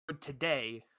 today